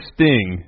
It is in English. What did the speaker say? Sting